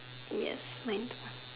yes mine too